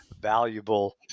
valuable